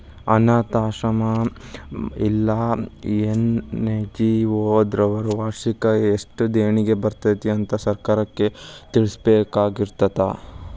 ಅನ್ನಾಥಾಶ್ರಮ್ಮಾ ಇಲ್ಲಾ ಎನ್.ಜಿ.ಒ ದವ್ರು ವರ್ಷಕ್ ಯೆಸ್ಟ್ ದೇಣಿಗಿ ಬರ್ತೇತಿ ಅಂತ್ ಸರ್ಕಾರಕ್ಕ್ ತಿಳ್ಸಬೇಕಾಗಿರ್ತದ